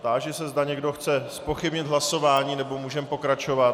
Táži se, zda někdo chce zpochybnit hlasování, nebo můžeme pokračovat.